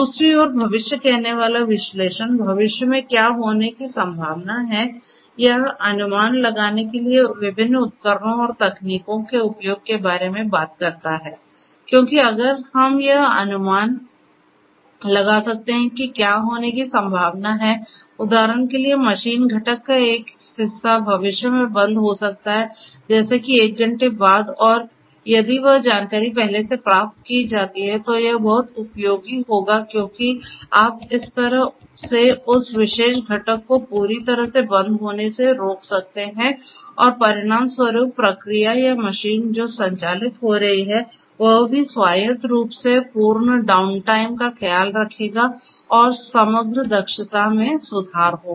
दूसरी ओर भविष्य कहनेवाला विश्लेषण भविष्य में क्या होने की संभावना है यह अनुमान लगाने के लिए विभिन्न उपकरणों और तकनीकों के उपयोग के बारे में बात करता है क्योंकि अगर हम यह अनुमान लगा सकते हैं कि क्या होने की संभावना है उदाहरण के लिए मशीन घटक का एक हिस्सा भविष्य में बंद हो सकता है जैसे कि 1 घंटे के बाद और यदि वह जानकारी पहले से प्राप्त की जाती है तो यह बहुत उपयोगी होगा क्योंकि आप इस तरह से उस विशेष घटक को पूरी तरह से बंद होने से रोक सकते हैंऔर परिणामस्वरूप प्रक्रिया या मशीन जो संचालित हो रही है वह भी स्वायत्त रूप से पूर्ण डाउन टाइम का ख्याल रखेगा और समग्र दक्षता में सुधार होगा